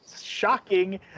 shocking